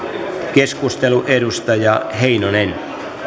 keskustelu edustaja heinonen